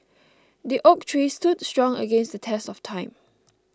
the oak tree stood strong against the test of time